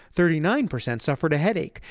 thirty nine percent suffered a headache.